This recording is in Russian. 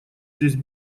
здесь